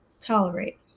tolerate